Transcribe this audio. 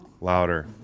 Louder